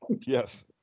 yes